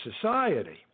society